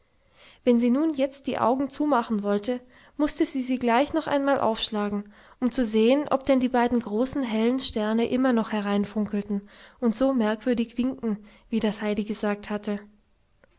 wenn sie nun jetzt die augen zumachen wollte mußte sie sie gleich noch einmal aufschlagen um zu sehen ob denn die beiden großen hellen sterne immer noch hereinfunkelten und so merkwürdig winkten wie das heidi gesagt hatte